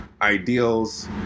ideals